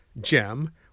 gem